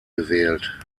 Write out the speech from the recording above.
gewählt